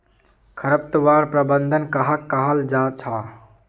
खरपतवार प्रबंधन कहाक कहाल जाहा जाहा?